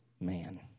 man